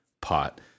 pot